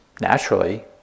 naturally